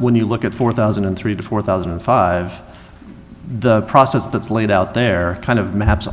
when you look at four thousand and three to four thousand and five the process that's laid out there kind of maps